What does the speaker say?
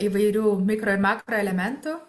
įvairių mikro ir makroelementų